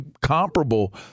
comparable